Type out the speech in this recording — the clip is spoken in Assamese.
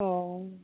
অ